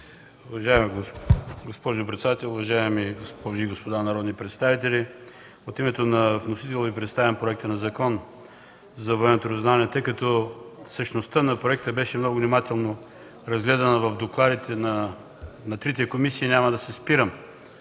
Уважаема госпожо председател, уважаеми госпожи и господа народни представители! От името на вносителя Ви представям Проекта на Закон за военното разузнаване. Тъй като същността на проекта беше разгледана много внимателно в докладите на трите комисии, няма да се спирам